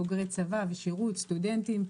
בוגרי צבא ושירות לאומי וסטודנטים.